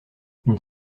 une